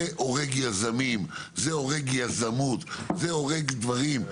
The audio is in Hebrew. זה הורג יזמים, זה הורג יזמות, זה הורג דברים.